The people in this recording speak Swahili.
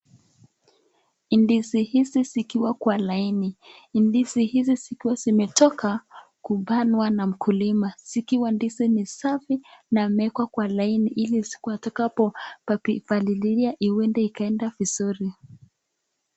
Ndizi hizi zikiwa kwa laini ndizi hizi zikiwa zimetoka kubanwa na mkulima zikiwa ndizi ni safi na imeekwa kwa laini ili siku watakapo palililia huenda ikaenda vizuri.